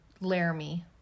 Laramie